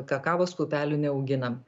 kakavos pupelių neauginam